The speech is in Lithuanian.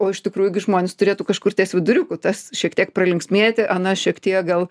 o iš tikrųjų gi žmonės turėtų kažkur ties viduriuku tas šiek tiek pralinksmėti anas šiek tiek gal